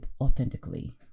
authentically